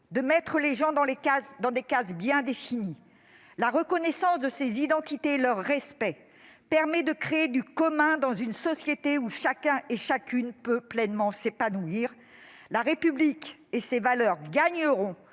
de mettre les gens dans des cases bien définies, la reconnaissance de ces identités et leur respect permet de créer du commun dans une société où chacun et chacune peut pleinement s'épanouir. La République et ses valeurs gagneront